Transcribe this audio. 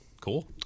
Cool